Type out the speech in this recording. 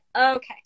okay